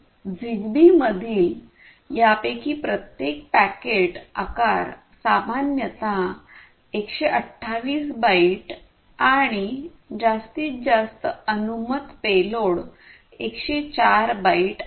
तर झिगबी मधील यापैकी प्रत्येक पॅकेट आकार सामान्यत 128 बाइट आणि जास्तीत जास्त अनुमत पेलोड 104 बाइट आहे